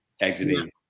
exiting